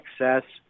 access